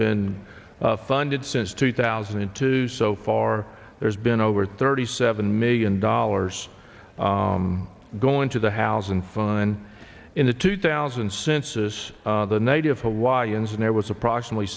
been funded since two thousand and two so far there's been over thirty seven million dollars going to the house and fund in the two thousand census the native hawaiians and there was approximately